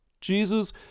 Jesus